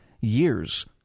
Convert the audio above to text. years